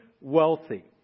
wealthy